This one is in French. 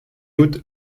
août